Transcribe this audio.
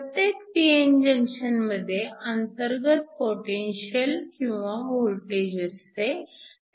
प्रत्येक pn जंक्शनमध्ये अंतर्गत पोटेन्शिअल किंवा वोल्टेज असते